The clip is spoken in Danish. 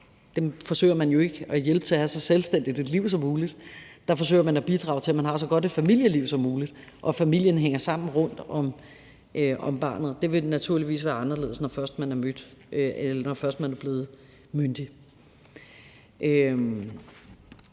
Dem forsøger man jo ikke at hjælpe til at have så selvstændigt et liv som muligt. Der forsøger man at bidrage til, at man har så godt et familieliv som muligt, og at familien hænger sammen rundt om barnet. Det vil naturligvis være anderledes, når først man er blevet myndig.